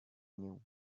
knew